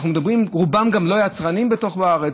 רובם גם לא יצרנים בתוך הארץ.